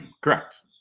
Correct